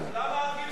למה עד גיל שלוש?